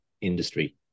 industry